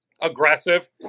aggressive